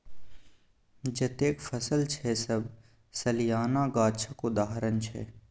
जतेक फसल छै सब सलियाना गाछक उदाहरण छै